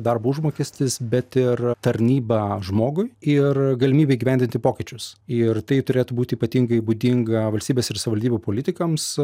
darbo užmokestis bet ir tarnyba žmogui ir galimybė įgyvendinti pokyčius ir tai turėtų būti ypatingai būdinga valstybės ir savivaldybių politikams